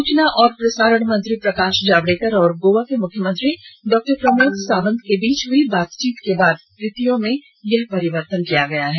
सूचना और प्रसारण मंत्री प्रकाश जावडेकर और गोआ के मुख्यमंत्री डाक्टर प्रमोद सावंत के बीच हुई बातचीत के बाद तिथियों में यह परिवर्तन किया गया है